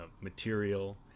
material